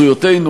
דוגמאות מסין,